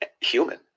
human